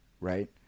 right